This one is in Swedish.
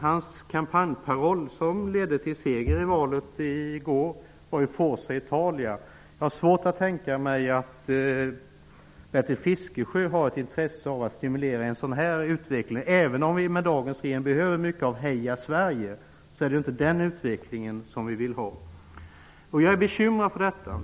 Hans kampanjparoll, som ledde till seger i valet i går, är Forza Italia! Jag har svårt att tänka mig att Bertil Fiskesjö har ett intresse av att stimulera en sådan utveckling. Även om vi i dagens läge behöver mycket av Heja Sverige!, är det ju inte den utvecklingen som vi vill ha. Jag är bekymrad över detta.